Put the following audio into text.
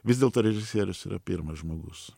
vis dėlto režisierius yra pirmas žmogus